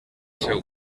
seu